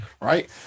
right